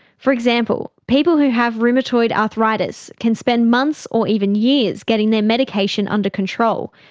for example, people who have rheumatoid arthritis can spend months or even years getting their medication under control.